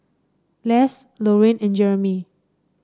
Les Lorraine and Jeramy